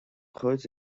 chuid